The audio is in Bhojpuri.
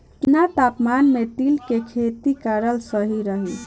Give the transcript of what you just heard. केतना तापमान मे तिल के खेती कराल सही रही?